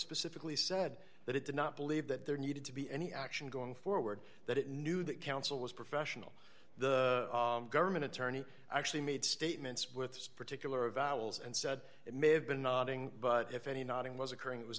specifically said that it did not believe that there needed to be any action going forward that it knew that counsel was professional the government attorney actually made statements with this particular val's and said it may have been nodding but if any nodding was occurring